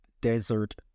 desert